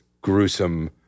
gruesome